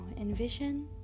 envision